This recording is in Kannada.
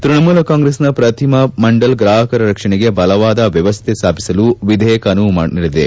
ತ್ವಣಮೂಲ ಕಾಂಗ್ರೆಸ್ನ ಪ್ರತಿಮಾ ಮಂಡಲ್ ಗ್ರಾಹಕರ ರಕ್ಷಣೆಗೆ ಬಲವಾದ ವ್ಯವಸ್ಥೆ ಸ್ಥಾಪಿಸಲು ವಿಧೇಯಕ ಅನುವು ನೀಡಲಿದೆ